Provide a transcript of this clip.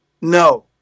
No